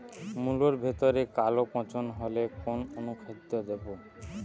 মুলোর ভেতরে কালো পচন হলে কোন অনুখাদ্য দেবো?